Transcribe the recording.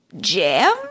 Jam